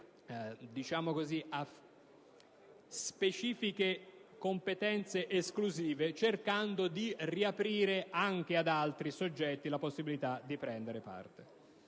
specifiche competenze esclusive, cercando di riaprire, anche ad altri soggetti, la possibilità di prenderne parte.